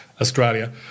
Australia